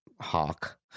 hawk